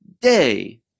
day